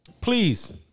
Please